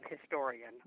historian